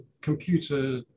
computer